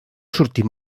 sortir